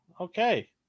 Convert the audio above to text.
Okay